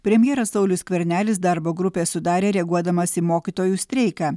premjeras saulius skvernelis darbo grupę sudarė reaguodamas į mokytojų streiką